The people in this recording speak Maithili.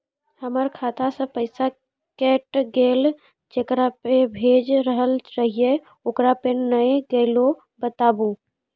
हमर खाता से पैसा कैट गेल जेकरा पे भेज रहल रहियै ओकरा पे नैय गेलै बताबू?